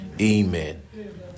Amen